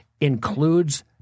includes